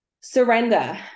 Surrender